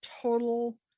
total